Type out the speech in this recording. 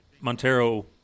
Montero